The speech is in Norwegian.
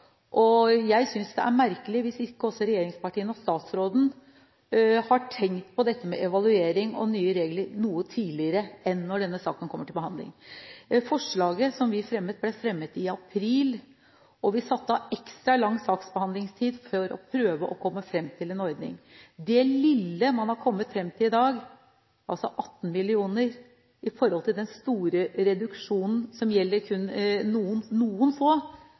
og jeg synes det er merkelig hvis ikke også regjeringspartiene og statsråden har tenkt på dette med evaluering og nye regler noe tidligere enn når denne saken kommer til behandling. Forslaget som vi fremmet, ble fremmet i april, og vi satte av ekstra lang saksbehandlingstid for å prøve å komme fram til en ordning. Det lille man har kommet fram til i dag, 18. mill. kr, i forhold til den store reduksjonen som gjelder kun noen få – det er kun noen få